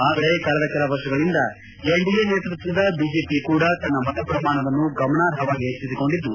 ಆದರೆ ಕಳೆದ ಕೆಲವರ್ಷಗಳಿಂದ ಎನ್ಡಿಎ ನೇತೃತ್ವದ ಬಿಜೆಪಿ ಕೂಡ ತನ್ನ ಮತ ಪ್ರಮಾಣವನ್ನು ಗಮನಾರ್ಹವಾಗಿ ಹೆಚ್ಚಿಸಿಕೊಂಡಿದ್ದು